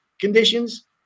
conditions